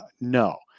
no